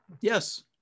Yes